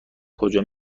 کجا